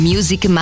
Music